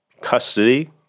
custody